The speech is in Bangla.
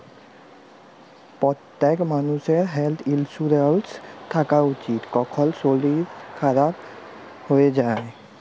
প্যত্তেক মালুষের হেলথ ইলসুরেলস থ্যাকা উচিত, কখল শরীর খারাপ হয়ে যায়